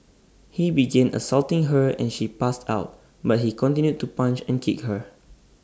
he began assaulting her and she passed out but he continued to punch and kick her